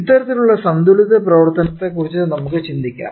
ഇത്തരത്തിലുള്ള സന്തുലിത പ്രവർത്തനത്തെക്കുറിച്ച് നമുക്ക് ചിന്തിക്കാം